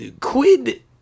quid